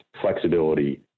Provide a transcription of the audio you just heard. flexibility